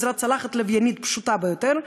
בעזרת צלחת לוויינית פשוטה ביותר,